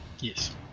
Yes